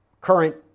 current